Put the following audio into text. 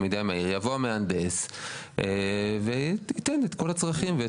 יבוא המהנדס וייתן את כל הצרכים.